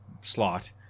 slot